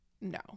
No